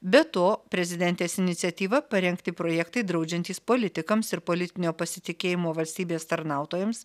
be to prezidentės iniciatyva parengti projektai draudžiantys politikams ir politinio pasitikėjimo valstybės tarnautojams